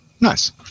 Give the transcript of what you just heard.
Nice